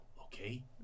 okay